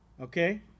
Okay